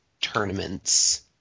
tournaments